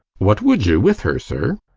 what would you with her, sir?